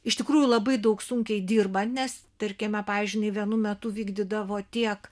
iš tikrųjų labai daug sunkiai dirbant nes tarkime pavyzdžiui jinai vienu metu vykdydavo tiek